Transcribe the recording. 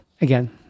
again